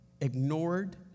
ignored